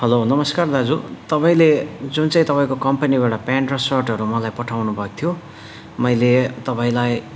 hello नमस्कार दाजु तपाईँले जुन चाहिँ तपाईँको कम्पनीबाट प्यान्ट र सर्टहरू मलाई पठाउनु भएको थियो मैले तपाईँलाई